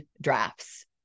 drafts